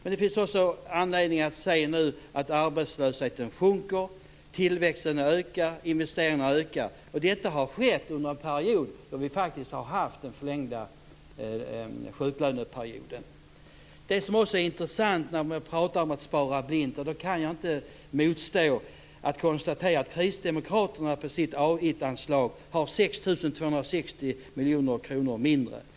Nu finns det också anledning att se att arbetslösheten har börjat sjunka och tillväxten och investeringarna att öka. Och detta har skett under en period då vi faktiskt har haft den förlängda sjuklöneperioden. När det pratas om att spara blint kan jag inte motstå att konstatera att kristdemokraterna på sitt A 1 anslag har 6 260 miljoner kronor mindre.